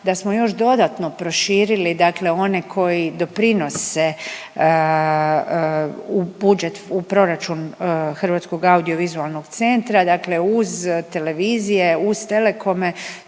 da smo još dodatno proširili dakle one koji doprinose u budžet, u proračun Hrvatskog audiovizualnog centra, dakle uz televizije, uz telekome,